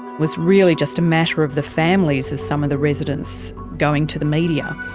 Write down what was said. was really just a matter of the families of some of the residents going to the media.